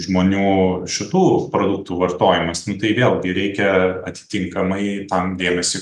žmonių šitų produktų vartojimas nu tai vėlgi reikia atitinkamai tam dėmesį